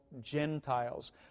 Gentiles